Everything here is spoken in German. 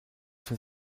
für